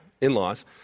in-laws